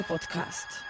Podcast